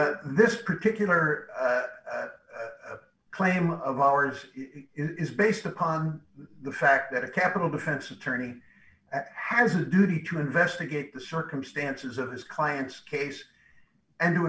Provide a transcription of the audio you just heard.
or this particular claim of ours is based upon the fact that a capital defense attorney has a duty to investigate the circumstances of his client's case and to